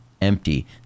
empty